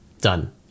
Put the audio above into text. Done